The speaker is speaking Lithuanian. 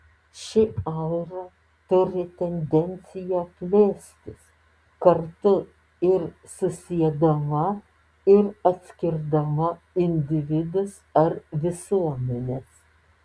ši aura turi tendenciją plėstis kartu ir susiedama ir atskirdama individus ar visuomenes